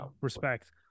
Respect